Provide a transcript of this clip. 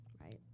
right